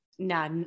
No